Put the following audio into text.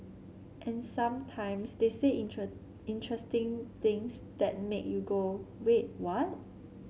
and sometimes they say interesting things that make you go wait what